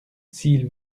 s’il